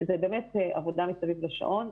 זה באמת עבודה מסביב לשעון.